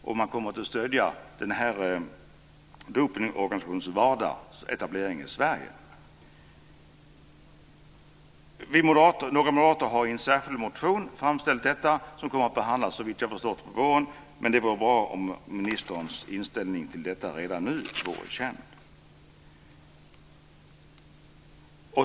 Kommer man att stödja etableringen av dopningsorganisationen WADA i Sverige? Några moderater har i en särskild motion framställt detta. Den kommer, såvitt jag har förstått, att behandlas på våren. Men det vore bra om ministerns inställning till detta redan nu vore känd.